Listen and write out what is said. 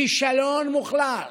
כישלון מוחלט.